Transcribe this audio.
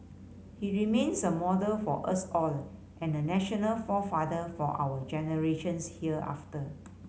he remains a model for us all and a national forefather for our generations hereafter